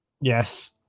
Yes